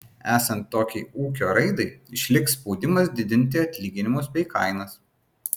esant tokiai ūkio raidai išliks spaudimas didinti atlyginimus bei kainas